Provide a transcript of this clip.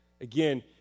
Again